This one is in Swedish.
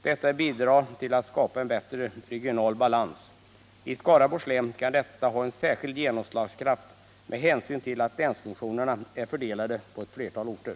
Det bidrar till att skapa en bättre regional balans. I Skaraborgs län kan detta ha en särskild genomslagskraft, med hänsyn till att länsfunktionerna är fördelade på ett flertal orter.